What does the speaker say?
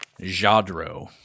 Jadro